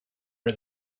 are